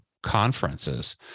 conferences